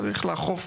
צריך לאכוף,